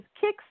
kicks